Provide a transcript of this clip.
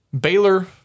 Baylor